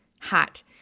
hot